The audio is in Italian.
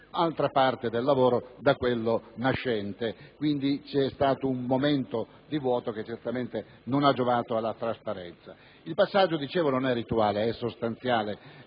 altra parte da quello nascente. Quindi, c'è stato un momento di vuoto che certamente non ha giovato alla trasparenza. II passaggio, dicevo, non è rituale ma sostanziale.